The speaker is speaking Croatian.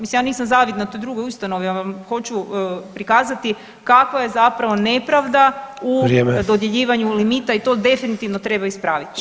Mislim ja nisam zavidna toj drugoj ustanovi, ja vam hoću prikazati kakva je zapravo nepravda u [[Upadica: Vrijeme]] dodjeljivanju limita i to definitivno treba ispraviti.